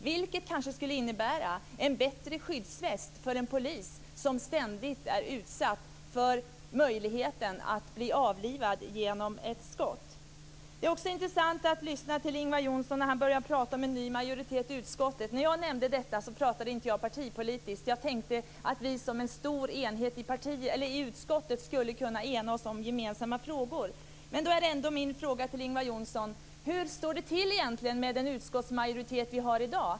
De pengarna skulle kanske innebära en bättre skyddsväst för en polis som ständigt är utsatt för möjligheten att bli avlivad genom ett skott. Det är också intressant att lyssna till Ingvar Johnsson när han börjar prata om en ny majoritet i utskottet. När jag nämnde detta pratade jag inte partipolitiskt. Jag tänkte att vi som en stor enhet i utskottet skulle kunna ena oss om gemensamma frågor. Min fråga till Ingvar Johnsson är: Hur står det egentligen till med den utskottsmajoritet vi har i dag?